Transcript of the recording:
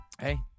Hey